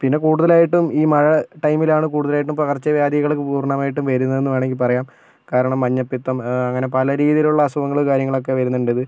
പിന്നെ കൂടുതലായിട്ടും ഈ മഴ ടൈമിലാണ് കൂടുതലായിട്ടും പകർച്ച വ്യാധികള് പൂർണ്ണമായിട്ടും വരുന്നത് വേണെമെങ്കിൽ പറയാം കാരണം മഞ്ഞപ്പിത്തം അങ്ങന പല രീതിയിലുള്ള അസുഖങ്ങള് കാര്യങ്ങളൊക്കെ വരുന്നുണ്ടത്